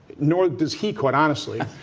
nor does he, quite honestly.